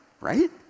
right